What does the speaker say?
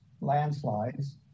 landslides